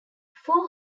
four